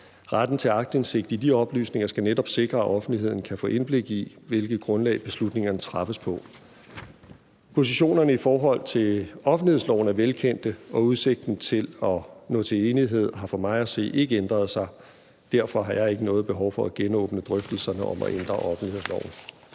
Retten til aktindsigt i de oplysninger skal netop sikre, at offentligheden kan få indblik i, hvilket grundlag beslutningerne træffes på. Positionerne i forhold til offentlighedsloven er velkendte, og udsigten til at nå til enighed har for mig at se ikke ændret sig. Derfor har jeg ikke noget behov for at genåbne drøftelserne om at ændre offentlighedsloven.